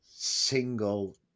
single